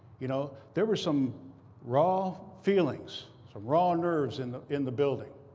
you know? there were some raw feelings, some raw nerves in the in the building.